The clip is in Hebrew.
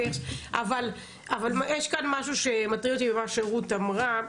אבל יש כאן משהו שמטריד אותי במה שרות אמרה.